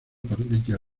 parrilla